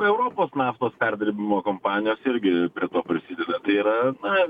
europos naftos perdirbimo kompanijos irgi prie to prisideda tai yra na